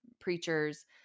preachers